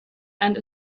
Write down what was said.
and